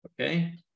Okay